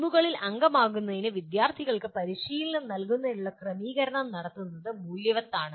ടീമുകളിൽ അംഗമാകുന്നതിന് വിദ്യാർത്ഥികൾക്ക് പരിശീലനം നൽകുന്നതിനുള്ള ക്രമീകരണം നടത്തുന്നത് മൂല്യവത്താണ്